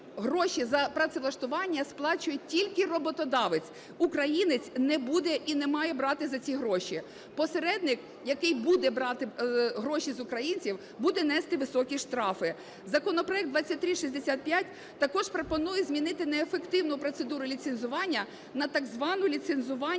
гроші за працевлаштування сплачує тільки роботодавець, українець не буде і не має брати за це гроші, посередник, який буде брати гроші з українців буде нести високі штрафи. Законопроект 2365 також пропонує змінити неефективну процедуру ліцензування на, так звану, ліцензування